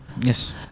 Yes